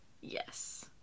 Yes